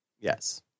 Yes